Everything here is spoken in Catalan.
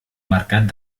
mercat